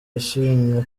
yashimwe